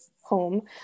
home